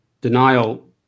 denial